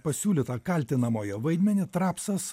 pasiūlytą kaltinamojo vaidmenį trapsas